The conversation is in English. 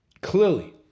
Clearly